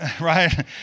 Right